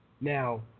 Now